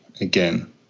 again